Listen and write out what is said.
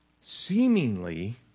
seemingly